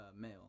male